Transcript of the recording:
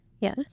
Yes